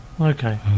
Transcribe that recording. Okay